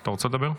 אתה רוצה לדבר?